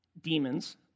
demons